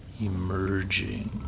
emerging